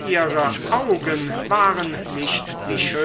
ihre augen waren nicht die